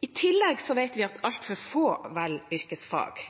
I tillegg vet vi at altfor få velger yrkesfag.